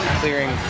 clearing